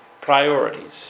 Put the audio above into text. priorities